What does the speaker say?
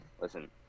listen